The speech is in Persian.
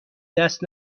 دست